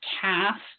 cast